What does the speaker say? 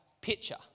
picture